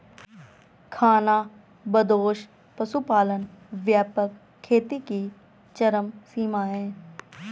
खानाबदोश पशुपालन व्यापक खेती की चरम सीमा है